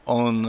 on